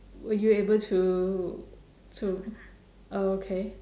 were you able to to oh okay